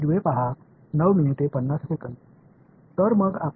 எனவே எந்த மேட்சிங் பாயிண்ட்களை நாங்கள் தேர்வு செய்வோம்